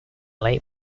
late